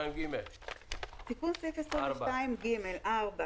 סעיף 4, תיקון סעיף 22ג, בבקשה.